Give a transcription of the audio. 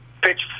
pitch